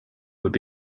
would